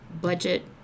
budget